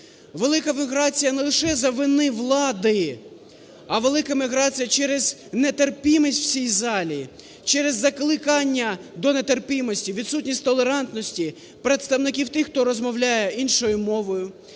Велика міграція не лише за вини влади, а велика міграція через нетерпимість в цій залі, через закликання до нетерпимості, відсутність толерантності представників тих, хто розмовляє іншою мовою,